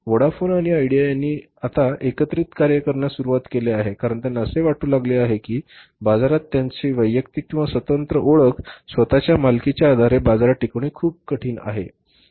Vodafone आणि Idea यांनी आता एकत्रित कार्य करण्यास सुरू केले आहे कारण त्यांना असे वाटू लागले आहे की बाजारात त्यांची वैयक्तिक किंवा स्वतंत्र ओळख स्वत च्या मालकीच्या आधारे बाजारात टिकवणे खूप कठीण आहे